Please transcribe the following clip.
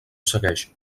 segueix